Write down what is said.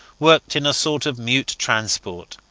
worked in a sort of mute transport.